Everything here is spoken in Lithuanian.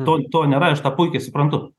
to to nėra aš tą puikiai suprantu